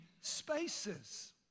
spaces